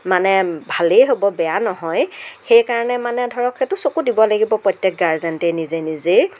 মানে ভালেই হ'ব বেয়া নহয় সেইকাৰণে মানে ধৰক সেইটো চকু দিব লাগিব প্ৰত্য়েক গাৰ্জেণ্টেই নিজে নিজেই